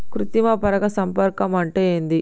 కృత్రిమ పరాగ సంపర్కం అంటే ఏంది?